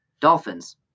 Dolphins